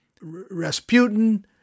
Rasputin